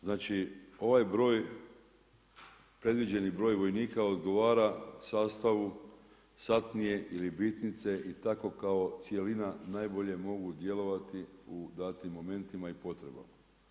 Znači ovaj broj, predviđeni broj vojnika odgovara sastavu satnije ili bitnice i tako kao cjelina najbolje mogu djelovati u datim momentima i potrebama.